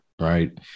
right